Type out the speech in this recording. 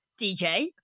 DJ